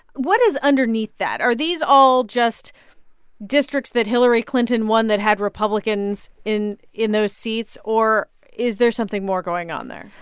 what is underneath that? are these all just districts that hillary clinton won that had republicans in in those seats, or is there something more going on there?